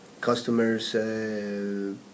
customers